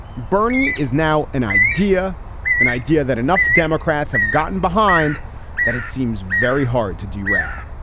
bernie is now an idea an idea that enough democrats have gotten behind that it seems very hard to derail